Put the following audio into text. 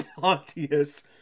Pontius